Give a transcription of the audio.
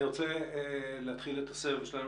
אני רוצה להתחיל את הסבב שלנו,